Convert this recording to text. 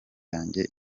yanjye